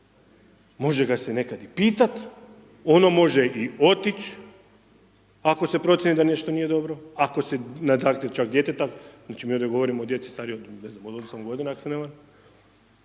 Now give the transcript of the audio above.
može ga se nekada i pitati, ono može i otići ako se procijeni da nešto nije dobro, ako se na zaključak djeteta, znači, mi ovdje govorimo o djeci starijoj, ne znam, od 8 godina, ako se ne